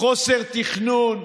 חוסר תכנון,